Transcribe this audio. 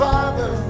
Father